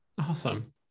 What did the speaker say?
awesome